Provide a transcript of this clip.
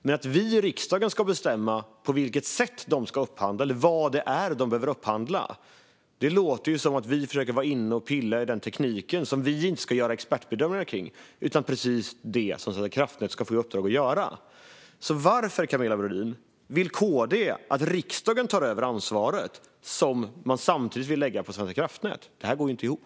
Men att vi i riksdagen ska bestämma på vilket sätt de ska upphandla eller vad de behöver upphandla låter som om vi ska försöka pilla i den teknik som vi inte ska göra expertbedömningar kring. Det är ju precis det som Svenska kraftnät ska få i uppdrag att göra. Varför, Camilla Brodin, vill Kristdemokraterna att riksdagen tar över ansvaret som man samtidigt vill lägga på Svenska kraftnät? Det här går inte ihop.